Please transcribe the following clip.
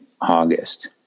August